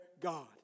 God